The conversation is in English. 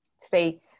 Stay